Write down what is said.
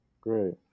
great